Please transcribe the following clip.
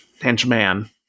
Henchman